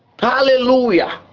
hallelujah